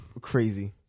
Crazy